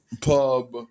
pub